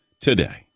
today